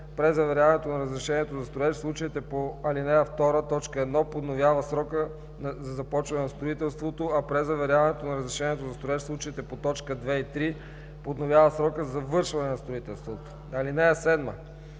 Презаверяването на разрешението за строеж в случаите по ал. 2, т. 1 подновява срока за започване на строителството, а презаверяването на разрешението за строеж в случаите по т. 2 и 3 подновява срока за завършване на строителството. (7)